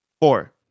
Four